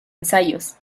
ensayos